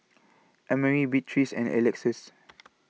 Emery Beatriz and Alexus